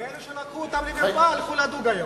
ואלה שלקחו אותם למרפאה הלכו לדוג היום.